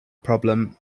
problem